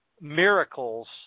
miracles